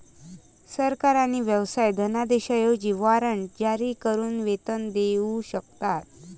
सरकार आणि व्यवसाय धनादेशांऐवजी वॉरंट जारी करून वेतन देऊ शकतात